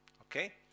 Okay